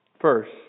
First